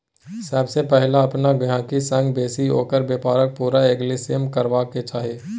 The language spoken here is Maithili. सबसँ पहिले अपन गहिंकी संग बैसि ओकर बेपारक पुरा एनालिसिस करबाक चाही